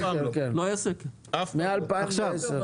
מ-2010.